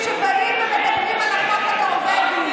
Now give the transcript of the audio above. על אביתר.